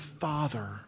father